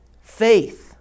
faith